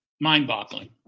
mind-boggling